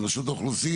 עם רשות האוכלוסין.